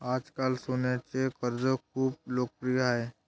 आजकाल सोन्याचे कर्ज खूप लोकप्रिय आहे